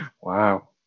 Wow